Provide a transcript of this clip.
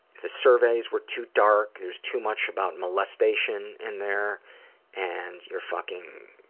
the surveys were too dark. there's too much about molestation in there and you're fucking,